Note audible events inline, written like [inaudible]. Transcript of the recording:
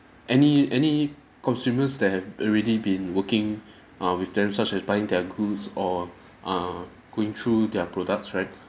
any any consumers that have already been working [breath] err with them such as buying their goods or err going through their products right